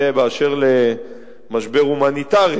זה באשר למשבר הומניטרי.